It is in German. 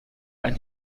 ein